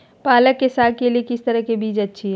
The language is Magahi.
पालक साग के लिए किस तरह के बीज अच्छी है?